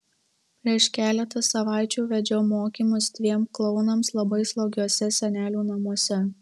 prieš keletą savaičių vedžiau mokymus dviem klounams labai slogiuose senelių namuose